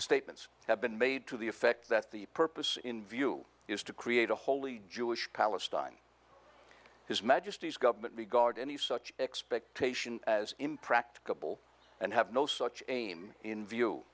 statements have been made to the effect that the purpose in view is to create a wholly jewish palestine his majesty's government regard any such expectation as impracticable and have no such aim in view